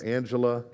Angela